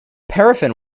paraffin